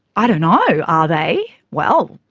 i don't know, are they? well,